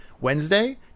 Wednesday